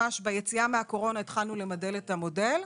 ממש ביציאה מהקורונה, התחלנו למדל את המודל.